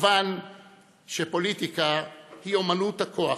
מובן שפוליטיקה היא אומנות הכוח,